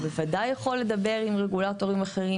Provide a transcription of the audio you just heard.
הוא בוודאי יכול להתייעץ עם רגולטורים אחרים.